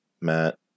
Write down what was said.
Matt